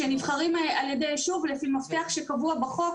שנבחרים על ידי ישוב לפי מפתח שקבוע בחוק.